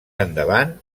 endavant